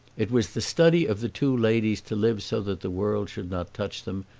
it was the study of the two ladies to live so that the world should not touch them,